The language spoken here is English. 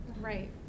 Right